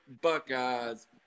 Buckeyes